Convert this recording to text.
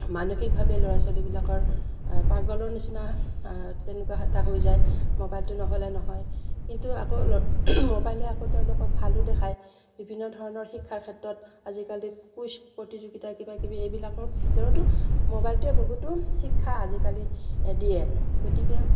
মানসিকভাৱে ল'ৰা ছোৱালীবিলাকৰ পাগলৰ নিচিনা তেনেকুৱা এটা হৈ যায় মোবাইলটো নহ'লে নহয় কিন্তু আকৌ মোবাইলে আকৌ তেওঁলোকক ভালো দেখায় বিভিন্ন ধৰণৰ শিক্ষাৰ ক্ষেত্ৰত আজিকালি কুইজ প্ৰতিযোগিতা কিবাকিবি এইবিলাকৰ ভিতৰতো মোবাইলটোৱে বহুতো শিক্ষা আজিকালি দিয়ে গতিকে